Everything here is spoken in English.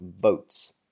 votes